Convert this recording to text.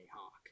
Hawk